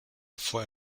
bevor